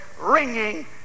ringing